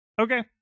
Okay